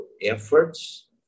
efforts